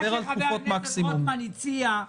מה שחבר הכנסת רוטמן הציע,